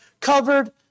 covered